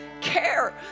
care